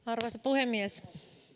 arvoisa puhemies